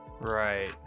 Right